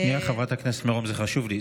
שנייה, חברת הכנסת מירון, זה חשוב לי.